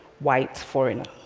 white foreigner.